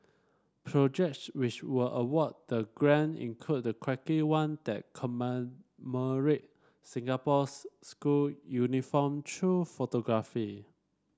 projects which were awarded the grant include a quirky one that commemorate Singapore's school uniform through photography